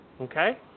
Okay